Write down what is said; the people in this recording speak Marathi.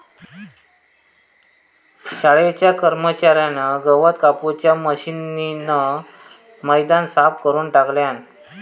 शाळेच्या कर्मच्यार्यान गवत कापूच्या मशीनीन मैदान साफ करून टाकल्यान